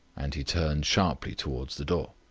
and he turned sharply towards the door.